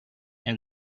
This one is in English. and